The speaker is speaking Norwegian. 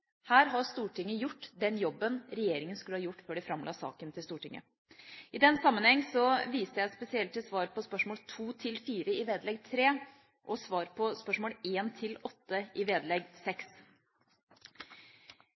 Her har Stortinget gjort den jobben regjeringa skulle ha gjort før den framla saken for Stortinget. I den sammenheng viser jeg spesielt til svar på spørsmålene 2–4 i vedlegg 3 og svar på spørsmålene 1–8 i vedlegg